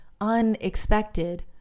unexpected